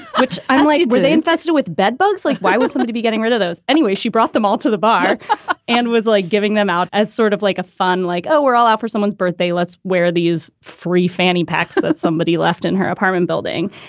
which i believe they infested with bedbugs like, why would somebody be getting rid of those anyway? she brought them all to the bar and was like giving them out as sort of like a fun like, oh, we're all out for someone's birthday. let's wear these free fanny packs that somebody left in her apartment building.